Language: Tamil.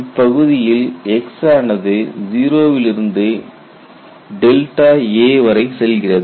இப்பகுதியில் x ஆனது 0 விலிருந்து a வரை செல்கிறது